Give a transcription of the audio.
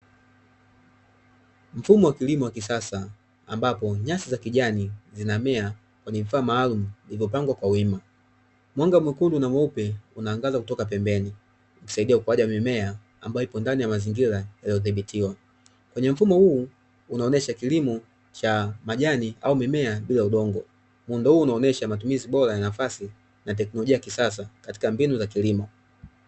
Mfumo wa kilimo wa kisasa ambapo nyasi za kijani zinamea kwenye vifaa maalumu vilivyopangwa kwa wima, mwanga mwekundu na mweupe unaangaza kutoka pembeni kusaidia ukuwaji wa mimea ambayo iko ndani ya mazingira yaliyodhibitiwa. Kwenye mfumo huu unaonyesha kilimo cha majani au mimea bila udongo, muundo huu unaonyesha matumizi bora ya nafasi na teknologia ya kisasa katika mbinu za kilimo.